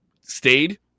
stayed